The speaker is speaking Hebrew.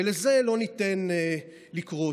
ולזה לא ניתן לקרות,